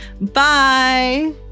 Bye